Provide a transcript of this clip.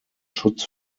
schutz